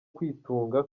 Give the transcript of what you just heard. kwitunga